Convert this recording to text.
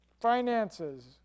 finances